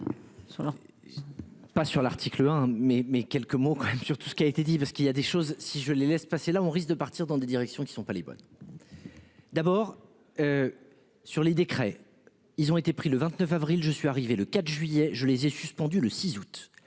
Pas sur l'article hein mais mais quelques mots quand même sur tout ce qui a été dit, parce qu'il y a des choses si je les laisse passer, là, on risque de partir dans des directions qui ne sont pas les bonnes. D'abord. Sur les décrets. Ils ont été pris le 29 avril. Je suis arrivé le 4 juillet, je les ai suspendu le 6 août